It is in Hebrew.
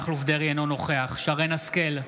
אינו נוכח שרן מרים השכל,